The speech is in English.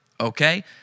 okay